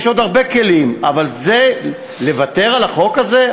יש עוד הרבה כלים, אבל לוותר על החוק הזה?